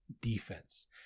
defense